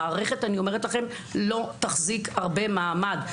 אני אומרת לכם, המערכת לא תחזיק הרבה מעמד.